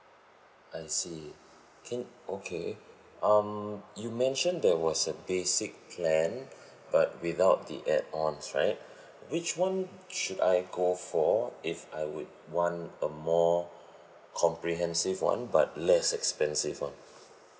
I see can okay um you mentioned there was a basic plan but without the add ons right which one should I go for if I would want a more comprehensive one but less expensive one